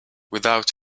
without